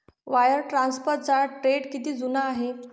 Wire ट्रान्सफरचा trend किती जुना आहे?